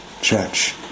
church